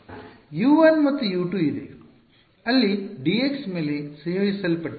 U 1 ಮತ್ತು U 2 ಇದೆ ಅಲ್ಲಿ dx ಮೇಲೆ ಸಂಯೋಜಿಸಲ್ಪಟ್ಟಿದೆ